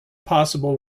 possible